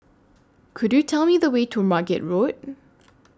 Could YOU Tell Me The Way to Margate Road